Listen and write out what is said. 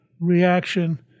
reaction